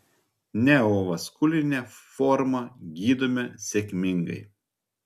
neovaskulinę formą gydome sėkmingai